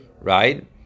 right